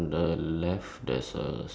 okay so that's another difference